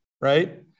right